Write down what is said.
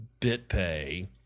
BitPay